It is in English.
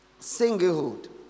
Singlehood